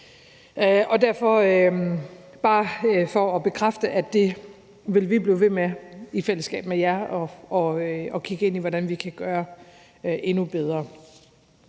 Derfor, bare for at bekræfte det, vil jeg sige, at det vil vi blive ved med i fællesskab med jer at kigge ind i hvordan vi kan gøre endnu bedre.